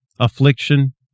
Affliction